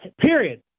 period